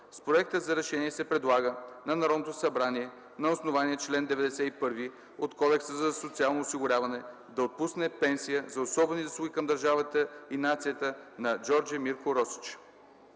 С проекта за решение се предлага на Народното събрание, на основание чл. 91 от Кодекса за социално осигуряване, да отпусне пенсия за особени заслуги към държавата и нацията на Джордже Мирко Росич